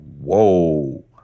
whoa